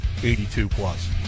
82-plus